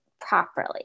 properly